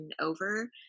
over